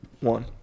one